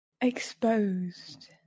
Exposed